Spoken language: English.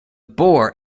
bore